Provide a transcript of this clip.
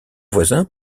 voisin